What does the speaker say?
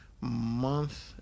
month